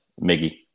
Miggy